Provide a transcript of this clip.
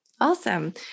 Awesome